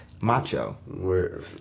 macho